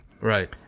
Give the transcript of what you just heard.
Right